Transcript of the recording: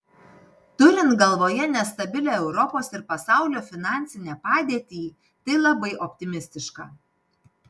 turint galvoje nestabilią europos ir pasaulio finansinę padėtį tai labai optimistiška